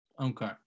Okay